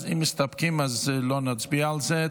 אז אם מסתפקים, לא נצביע על זה.